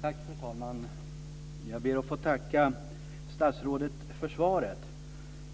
Fru talman! Jag ber att få tacka statsrådet för svaret.